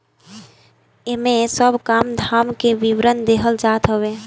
इमे सब काम धाम के विवरण देहल जात हवे